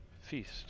feast